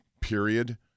period